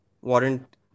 warrant